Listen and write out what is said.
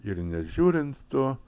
ir nežiūrint to